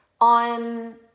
on